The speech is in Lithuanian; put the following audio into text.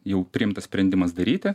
jau priimtas sprendimas daryti